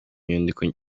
nyandiko